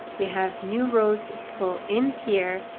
we have new rows pull in here,